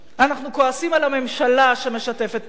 אנחנו כועסים על הממשלה שמשתפת פעולה.